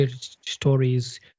stories